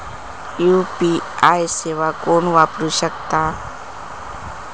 UPI सेवा कोण वापरू शकता?